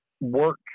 Work